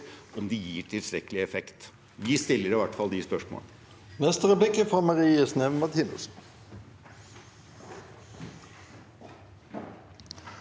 gir tilstrekkelig effekt. Vi stiller i hvert fall de spørsmålene.